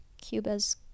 Cuba's